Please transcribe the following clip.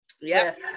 Yes